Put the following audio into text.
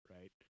right